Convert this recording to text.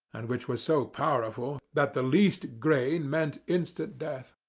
and which was so powerful that the least grain meant instant death.